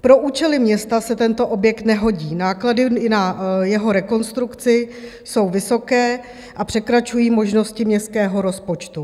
Pro účely města se tento objekt nehodí, náklady na jeho rekonstrukci jsou vysoké a překračují možnosti městského rozpočtu.